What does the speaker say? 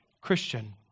Christian